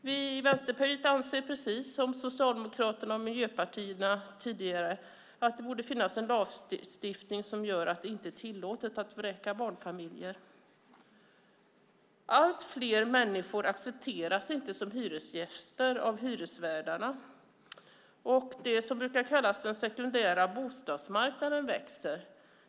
Vi i Vänsterpartiet anser precis som Socialdemokraterna och Miljöpartiet att det borde finnas en lagstiftning som gör att det inte är tillåtet att vräka barnfamiljer. Allt fler människor accepteras inte som hyresgäster av hyresvärdarna. Det som brukar kallas den sekundära bostadsmarknaden växer.